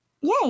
Yay